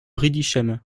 riedisheim